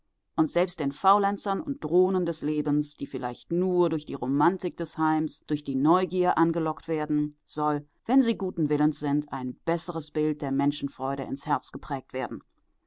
und selbst den faulenzern und drohnen des lebens die vielleicht nur durch die romantik des heims durch die neugier angelockt werden soll wenn sie guten willens sind ein besseres bild der menschenfreude ins herz geprägt werden